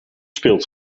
speelt